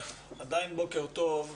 עדיין בוקר טוב.